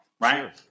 Right